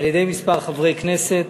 על-ידי כמה חברי כנסת,